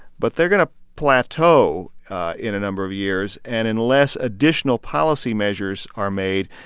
but they're going to plateau in a number of years. and unless additional policy measures are made,